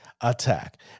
attack